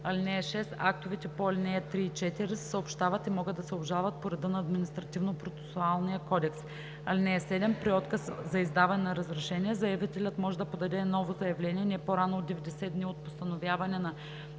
отказ. (6) Актовете по ал. 3 и 4 се съобщават и могат да се обжалват по реда на Административнопроцесуалния кодекс. (7) При отказ за издаване на разрешение заявителят може да подаде ново заявление не по-рано от 90 дни от постановяване на